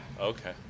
Okay